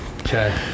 Okay